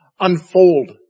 unfold